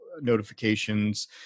notifications